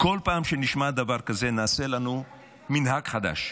כל פעם שנשמע דבר כזה, נעשה לנו מנהג חדש: